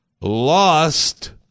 lost